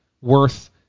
worth